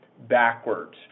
backwards